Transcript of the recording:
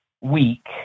week